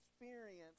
experience